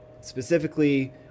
specifically